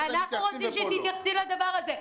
אנחנו רוצים שתתייחסי לדבר הזה.